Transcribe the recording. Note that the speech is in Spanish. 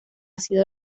sido